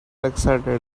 excited